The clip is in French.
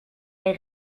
les